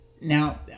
Now